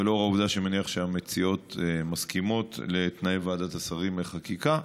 ולאור העובדה שאני מניח שהמציעות מסכימות לתנאי ועדת השרים לחקיקה,